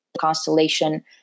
constellation